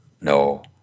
No